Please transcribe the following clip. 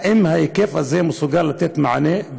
האם ההיקף הזה מסוגל לתת מענה?